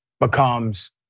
becomes